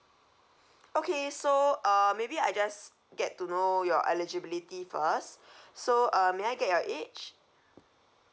okay so uh maybe I just get to know your eligibility first so uh may I get your age